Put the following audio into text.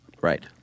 Right